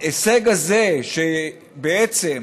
ההישג הזה, בעצם